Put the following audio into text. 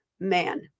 man